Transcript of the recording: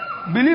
Believe